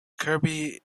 kirby